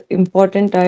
important